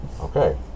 Okay